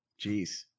Jeez